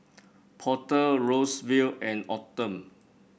Porter Rosevelt and Autumn